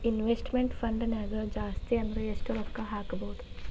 Investment ಫಂಡ್ನ್ಯಾಗ ಜಾಸ್ತಿ ಅಂದ್ರ ಯೆಷ್ಟ್ ರೊಕ್ಕಾ ಹಾಕ್ಬೋದ್?